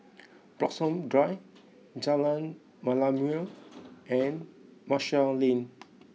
Bloxhome Drive Jalan Merlimau and Marshall Lane